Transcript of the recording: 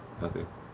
okay